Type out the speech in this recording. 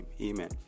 amen